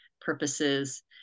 purposes